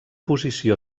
posició